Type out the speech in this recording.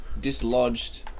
dislodged